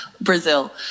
Brazil